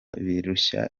birushya